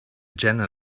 jena